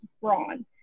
brawn